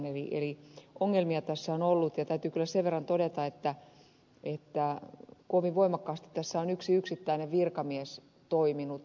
eli ongelmia tässä on ollut ja täytyy kyllä sen verran todeta että kovin voimakkaasti tässä on yksi yksittäinen virkamies toiminut